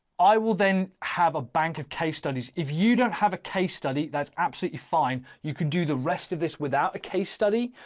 i will then have a bank of case studies. if you don't have a case study, that's absolutely fine. you can do the rest of this without a case study.